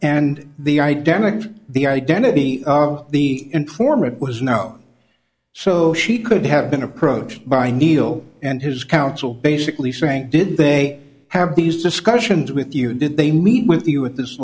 and the identity of the identity of the informant was known so she could have been approached by neal and his counsel basically saying did they have these discussions with you did they meet with you at this